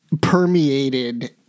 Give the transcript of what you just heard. permeated